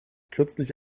kürzlich